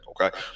Okay